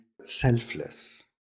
selfless